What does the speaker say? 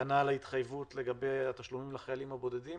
כנ"ל ההתחייבות לגבי התשלומים לחיילים הבודדים,